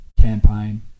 campaign